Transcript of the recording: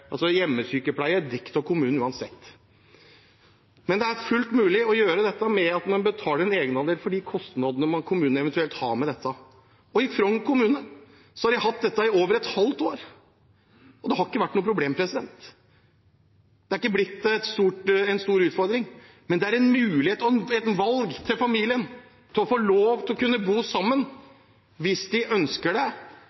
av kommunen uansett. Det er fullt mulig å gjøre dette ved å betale en egenandel for de kostnadene som kommunen eventuelt har med dette. I Frogn kommune har de hatt dette i over et halvt år, og det har ikke vært noe problem. Det har ikke blitt noen stor utfordring. Dette er en mulighet og et valg for familien om å kunne bo sammen hvis man ønsker det. Dette klarer man å